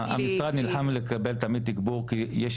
המשרד נלחם תמיד לקבל תגבור כי יש